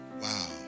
Wow